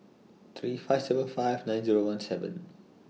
three five seven five nine Zero one seven